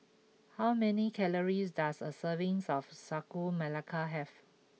how many calories does a serving of Sagu Melaka have